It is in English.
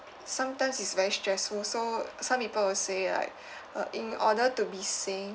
sometimes it's very stressful so some people will say like uh in order to be sane